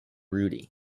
rudy